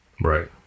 Right